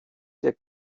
der